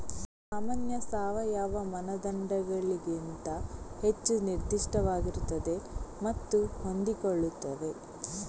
ಸಾಮಾನ್ಯ ಸಾವಯವ ಮಾನದಂಡಗಳಿಗಿಂತ ಹೆಚ್ಚು ನಿರ್ದಿಷ್ಟವಾಗಿರುತ್ತವೆ ಮತ್ತು ಹೊಂದಿಕೊಳ್ಳುತ್ತವೆ